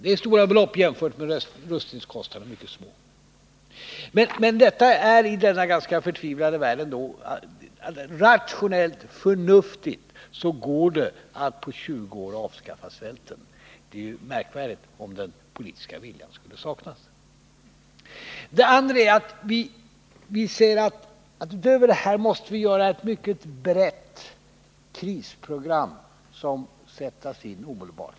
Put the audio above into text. Det är stora belopp, men jämförda med rustningskostnaderna är de mycket små. Detta är i vår ganska förtvivlade värld ändå rationellt förnuftigt, och det går att på 20 år avskaffa svälten. Det vore ju märkvärdigt om den politiska viljan till det skulle saknas! Det andra villkoret är att vi utöver detta måste göra upp ett mycket brett krisprogram, som kan sättas in omedelbart.